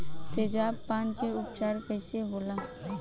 तेजाब पान के उपचार कईसे होला?